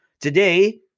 Today